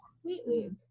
completely